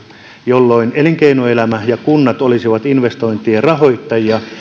jolloin elinkeinoelämä ja kunnat olisivat investointien rahoittajia